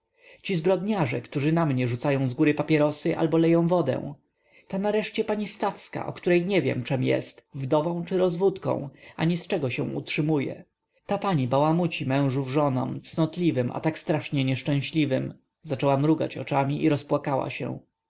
ci zbrodniarze którzy na mnie rzucają z góry papierosy albo leją wodę ta nareszcie pani stawska o której nie wiem czem jest wdową czy rozwódką ani z czego się utrzymuje ta pani bałamuci mężów żonom cnotliwym a tak strasznie nieszczęśliwym zaczęła mrugać oczyma i rozpłakała się